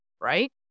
right